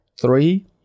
Three